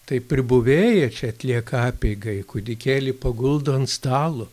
tai pribuvėja čia atlieka apeigą ji kūdikėlį paguldo ant stalo